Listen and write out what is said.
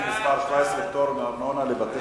17) (פטור מארנונה לבתי-כנסת),